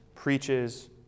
preaches